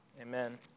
Amen